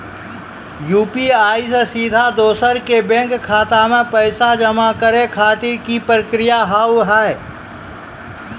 UPI से सीधा दोसर के बैंक खाता मे पैसा जमा करे खातिर की प्रक्रिया हाव हाय?